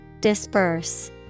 Disperse